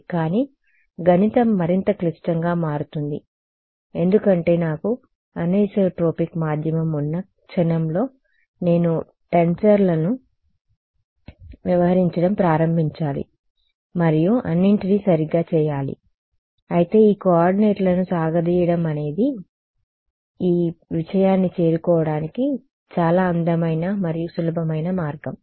కానీ గణితం మరింత క్లిష్టంగా మారుతుంది ఎందుకంటే నాకు అనిసోట్రోపిక్ మాధ్యమం ఉన్న క్షణంలో నేను టెన్సర్లతో వ్యవహరించడం ప్రారంభించాలి మరియు అన్నింటినీ సరిగ్గా చేయాలి అయితే ఈ కోఆర్డినేట్లను సాగదీయడం అనేది ఈ విషయాన్ని చేరుకోవడానికి చాలా అందమైన మరియు సులభమైన మార్గం